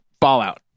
fallout